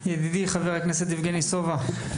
ידידי חבר הכנסת יבגני סובה.